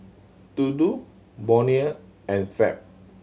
Dodo Bonia and Fab